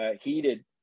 heated